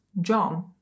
John